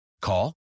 Call